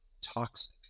toxic